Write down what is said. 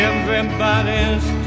Everybody's